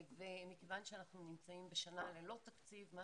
מכיוון שאנחנו נמצאים בשנה ללא תקציב מה